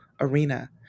arena